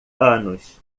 anos